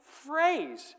phrase